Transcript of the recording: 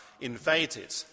invaded